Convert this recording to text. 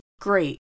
great